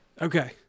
Okay